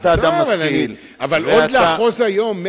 אבל עוד לאחוז היום,